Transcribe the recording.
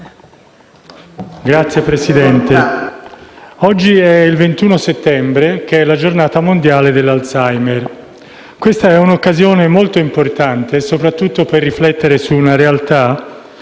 Signora Presidente, oggi è il 21 settembre, la Giornata mondiale dell'Alzheimer. Questa è un'occasione molto importante per riflettere su una realtà